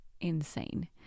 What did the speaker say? insane